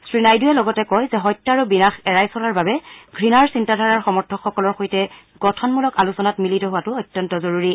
শ্ৰী নাইডুৱে লগতে কয় যে হত্যা আৰু বিনাশ এৰাই চলাৰ বাবে ঘৃণাৰ চিন্তাধাৰাৰ সমৰ্থকসকলৰ সৈতে গঠনমূলক আলোচনাত মিলিত হোৱাতো অত্যন্ত জৰুৰী